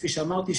כפי שאמרתי,